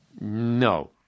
no